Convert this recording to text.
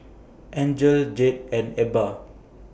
Angel Jed and Ebba